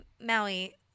Maui